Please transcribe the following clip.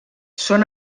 són